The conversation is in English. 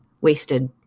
wasted